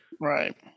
Right